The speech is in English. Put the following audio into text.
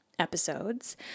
episodes